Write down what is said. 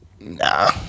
Nah